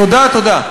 תודה, תודה.